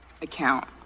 account